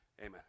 Amen